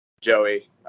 Joey